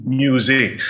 music